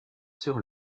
sur